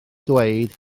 dweud